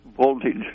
voltage